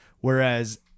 Whereas